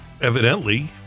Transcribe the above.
evidently